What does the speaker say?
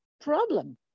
problem